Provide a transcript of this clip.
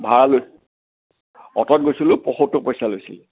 ভাড়া লৈ অট'ত গৈছিলোঁ পঁয়সত্তৰ পইচা লৈছিল